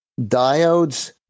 Diodes